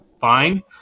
fine